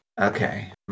Okay